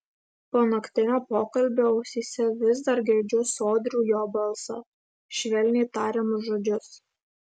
po naktinio pokalbio ausyse vis dar girdžiu sodrų jo balsą švelniai tariamus žodžius